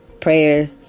prayer